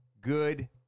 Good